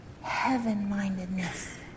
Heaven-mindedness